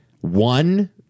one